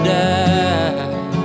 die